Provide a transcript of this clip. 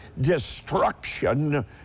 destruction